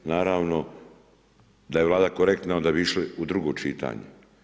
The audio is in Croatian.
Naravno da je Vlada korektna onda bi išli u drugo čitanje.